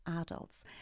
Adults